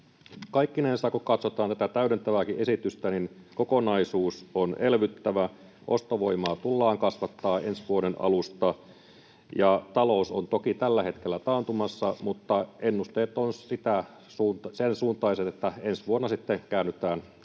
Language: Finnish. Kaikkinensa, kun katsotaan tätä täydentävääkin lakiesitystä, kokonaisuus on elvyttävä. Ostovoimaa tullaan kasvattamaan ensi vuoden alusta. Talous on toki tällä hetkellä taantumassa, mutta ennusteet ovat sen suuntaiset, että sitten ensi vuonna